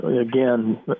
again